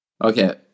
Okay